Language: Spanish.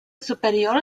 superior